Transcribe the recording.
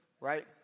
right